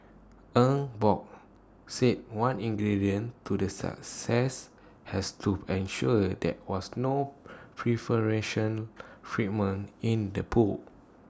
Eng Bock said one ingredient to the success has to ensure there was no preferential treatment in the pool